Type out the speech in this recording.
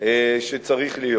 שצריך להיות.